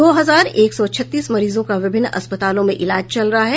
दो हजार एक सौ छत्तीस मरीजों का विभिन्न अस्पतालों में इलाज चल रहा है